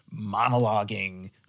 monologuing